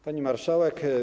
Pani Marszałek!